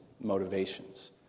motivations